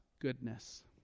goodness